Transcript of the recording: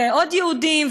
ועוד יהודים,